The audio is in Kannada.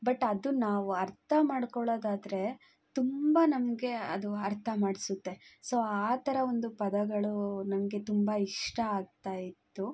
ಬಟ್ ಅದು ನಾವು ಅರ್ಥ ಮಾಡಿಕೊಳ್ಳೋದಾದ್ರೆ ತುಂಬ ನಮಗೆ ಅದು ಅರ್ಥ ಮಾಡಿಸುತ್ತೆ ಸೊ ಆ ಥರ ಒಂದು ಪದಗಳು ನಮಗೆ ತುಂಬ ಇಷ್ಟ ಆಗ್ತಾ ಇತ್ತು